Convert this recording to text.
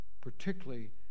particularly